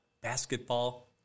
basketball